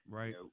right